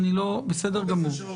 בבקשה.